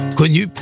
connu